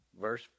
verse